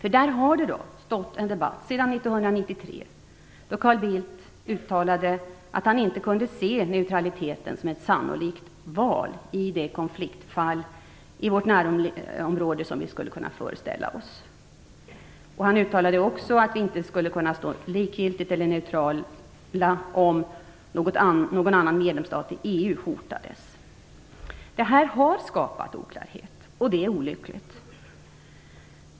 Om den har det stått en debatt sedan 1993, då Carl Bildt uttalade att han inte kunde se neutraliteten som ett sannolikt val i det konfliktfall i vårt närområde som vi skulle kunna föreställa oss. Han uttalade också att vi inte skulle kunna stå likgiltiga eller neutrala, om någon annan medlemsstat i EU hotades. Detta har skapat oklarhet, och det är olyckligt.